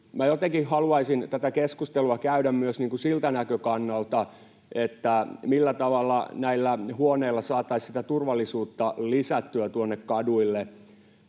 haluaisin tätä keskustelua käydä myös siltä näkökannalta, millä tavalla näillä huoneilla saataisiin sitä turvallisuutta lisättyä tuonne kaduille.